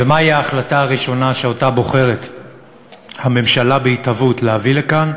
ומהי ההחלטה הראשונה שהממשלה בהתהוות בוחרת להביא לכאן?